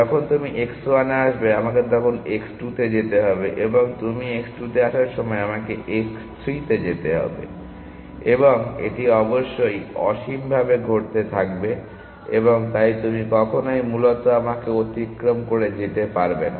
যখন তুমি x1 এ আসবে আমাকে তখন x2 তে যেতে হবে এবং তুমি x 2 তে আসার সময় আমাকে xx3 তে যেতে হবে এবং এটি অবশ্যই অসীমভাবে ঘটতে থাকবে এবং তাই তুমি কখনই মূলত আমাকে অতিক্রম করে যেতে পারবে না